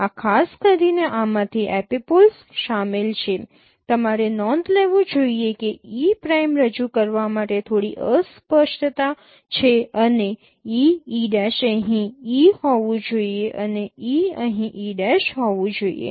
આ ખાસ કરીને આમાંથી એપિપોલ્સ શામેલ છે તમારે નોંધ લેવું જોઈએ કે e પ્રાઇમ રજૂ કરવા માટે થોડી અસ્પષ્ટતા છે અને e e' અહીં e હોવું જોઈએ અને e અહીં e' હોવું જોઈએ